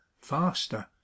faster